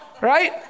right